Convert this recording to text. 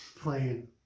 playing